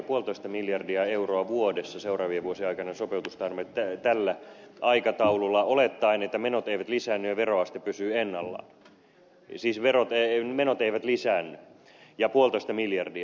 puolitoista miljardia euroa vuodessa seuraavien vuosien aikana sopeutusta tällä aikataululla olettaen että menot eivät lisäänny ja veroaste pysyy ennallaan siis menot eivät lisäänny ja puolitoista miljardia